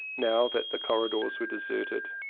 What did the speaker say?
now that the corridors were deserted,